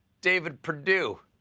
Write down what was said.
david perdue.